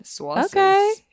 okay